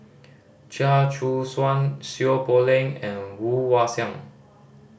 Chia Choo Suan Seow Poh Leng and Woon Wah Siang